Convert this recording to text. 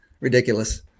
Ridiculous